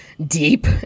deep